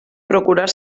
procurar